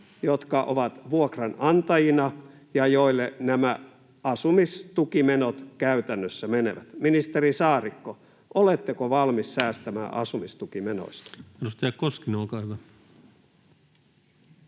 jotka ovat vuokranantajina ja joille nämä asumistukimenot käytännössä menevät. Ministeri Saarikko, oletteko valmis säästämään [Puhemies